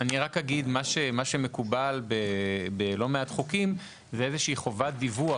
מה שמקובל בלא מעט חוקים זה איזו שהיא חובת דיווח